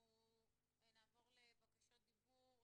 אנחנו נעבור לבקשות דיבור.